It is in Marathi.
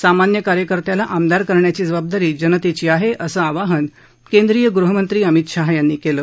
सामान्य कार्यकर्त्याला आमदार करण्याची जबाबदारी जनतेची आहे असं आवाहन केंद्रीय गृहमंत्री अमित शहा यांनी केलं